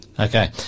Okay